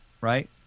Right